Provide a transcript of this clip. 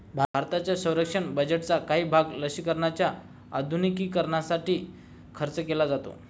भारताच्या संरक्षण बजेटचा काही भाग लष्कराच्या आधुनिकीकरणासाठी खर्च केला जातो